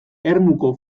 ermuko